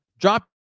drop